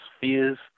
fears